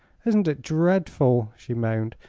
isn't it dreadful! she moaned.